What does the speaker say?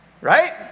Right